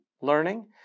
learning